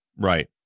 Right